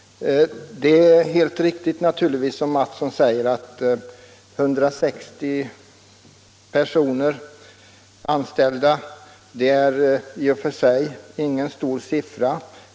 Det är naturligtvis riktigt som herr Mattsson i Skee säger att 160 anställda i och för sig inte är någon stor siffra.